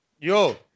Yo